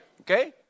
Okay